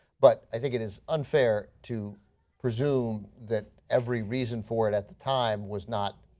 but i think it is unfair to presume that every reason for it at the time was not